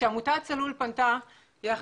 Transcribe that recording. כשעמותת צלול פנתה ליושב-ראש מועצת הנפט,